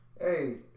Hey